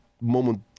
moment